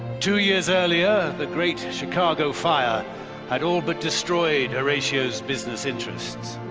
two years earlier the great chicago fire had all but destroyed horatio's business interests.